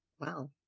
Wow